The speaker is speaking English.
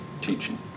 teaching